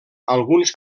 alguns